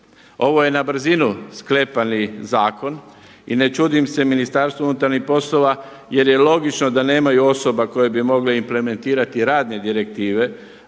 Ovo je na brzinu sklepani zakon i ne čudim se Ministarstvu unutarnjih poslova jer je logično da nemaju osoba koje bi mogle implementirati radne direktive